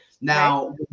Now